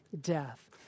death